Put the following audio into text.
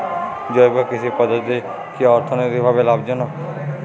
জৈব কৃষি পদ্ধতি কি অর্থনৈতিকভাবে লাভজনক?